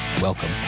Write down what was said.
welcome